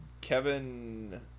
Kevin